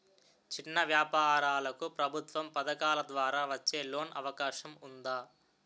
చిన్న వ్యాపారాలకు ప్రభుత్వం పథకాల ద్వారా వచ్చే లోన్ అవకాశం ఉందా?